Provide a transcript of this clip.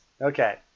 Okay